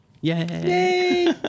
Yay